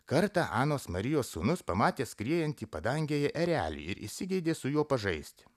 kartą anos marijos sūnus pamatė skriejantį padangėje erelį ir įsigeidė su juo pažaisti